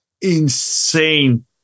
insane